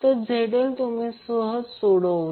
तर ZL तुम्ही सहज सोडवला